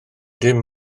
dim